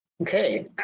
Okay